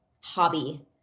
hobby